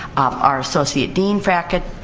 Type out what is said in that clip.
our associate dean for